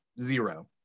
zero